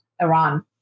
Iran